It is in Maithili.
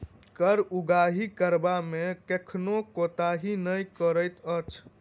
कर उगाही करबा मे कखनो कोताही नै करैत अछि